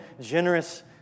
generous